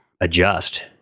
adjust